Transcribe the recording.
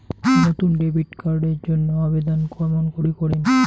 নতুন debit card এর জন্যে আবেদন কেমন করি করিম?